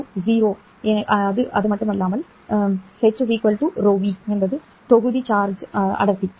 ChargeH v ρv என்பது தொகுதி charge அடர்த்தி